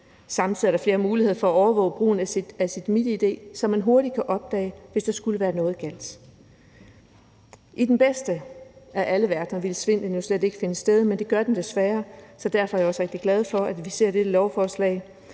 Samtidig er der flere muligheder for at overvåge brugen af ens MitID, så man hurtigt kan opdage det, hvis der skulle være noget galt. I den bedste af alle verdener ville svindelen jo slet ikke finde sted, men det gør den desværre, så derfor er jeg også glad for, at vi ser dette lovforslag,